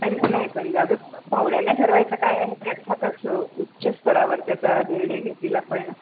आणि नाही पण जाऊ दे पाहुण्यांना ठरवायचं काय आहे ते अर्थातच उच्च स्तरावर त्याचा निर्णय घेतील आपण